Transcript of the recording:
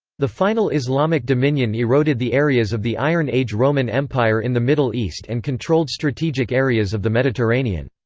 the final islamic dominion eroded the areas of the iron age roman empire in the middle east and controlled strategic areas of the mediterranean.